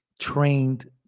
trained